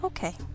Okay